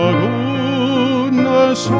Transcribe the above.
goodness